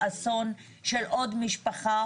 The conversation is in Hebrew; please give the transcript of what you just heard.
אמרתי בעצמי,